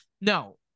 no